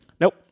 Nope